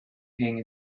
ping